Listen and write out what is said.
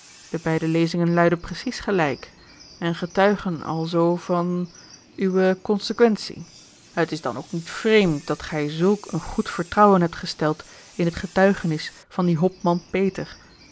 de beide lezingen luiden precies gelijk en getuigen alzoo van uwe consequentie het is dan ook niet vreemd dat gij zulk een goed vertrouwen hebt gesteld in het getuigenis van dien hopman peter